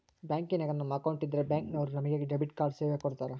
ಬ್ಯಾಂಕಿನಾಗ ನಮ್ಮ ಅಕೌಂಟ್ ಇದ್ರೆ ಬ್ಯಾಂಕ್ ನವರು ನಮಗೆ ಡೆಬಿಟ್ ಕಾರ್ಡ್ ಸೇವೆ ಕೊಡ್ತರ